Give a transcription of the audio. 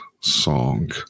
song